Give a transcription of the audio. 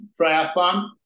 triathlon